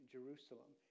Jerusalem